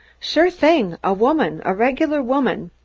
sure thing a woman, a regular woman.